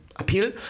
Appeal